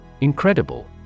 incredible